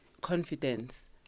Confidence